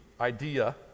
idea